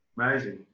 Amazing